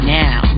now